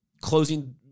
closing